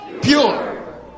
Pure